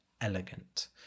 elegant